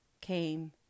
came